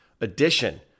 addition